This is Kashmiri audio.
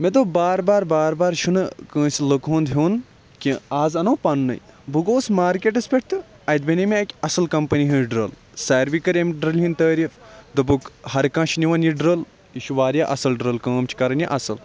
مےٚ دوٚپ بار بار بار بار چھُ نہٕ کٲنٛسہِ لُکہٕ ہُنٛد ہیٚون کہ اَز اَنو پَنہٕ نُے بہٕ گوس مارکٹَس پیٚٹھ تہٕ اَتہِ بَنے مےٚ اَکہِ اصٕل کَمپنی ہٕنٛز ڈرٛل سارِوٕے کٔر امہِ ڈرٛلہِ ہٕنٛدۍ تعریف دوٚپُکھ ہَر کانٛہہ چھُ نِوان یہِ ڈرٛل یہِ چھُ واریاہ اصٕل ڈرٛل کٲم چھُ کَرن یہِ اصٕل